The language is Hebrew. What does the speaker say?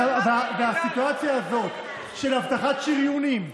בסיטואציה הזאת של הבטחת שריונים,